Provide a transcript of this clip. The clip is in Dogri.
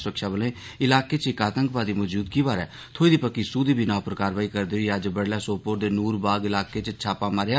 सुरक्षाबलें इलाके च इक आतंकवादी मौजूदगी बारै थ्होई दी पक्की सूह दी बिनाह् उप्पर कार्रवाई करदे होई अज्ज बड्डलै सोपोर दे नूर बाग इलाके च छापा मारेआ